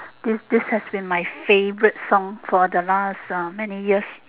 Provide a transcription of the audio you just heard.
this this has been my favourite song for the last uh many years